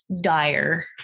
dire